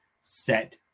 set